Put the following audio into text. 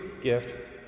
gift